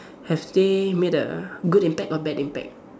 have they made a good impact or bad impact